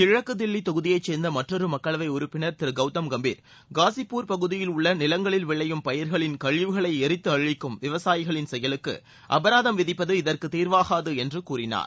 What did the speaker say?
கிழக்கு தில்வி தொகுதியை சேர்ந்த மற்றொரு மக்களவை உறுப்பினர் திரு கவுதம் கம்பீர் காஸ்ப்பூர் பகுதியில் உள்ள நிலங்களில் விளையும் பயிர்களின் கழிவுகளை எரித்து அழிக்கும் விவசாயிகளின் செயலுக்கு அபராதம் விதிப்பது இதற்கு தீர்வாகாது என்று அவர் கூறினார்